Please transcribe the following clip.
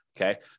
okay